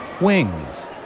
wings